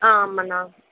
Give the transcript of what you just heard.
ஆமாண்ணா